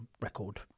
record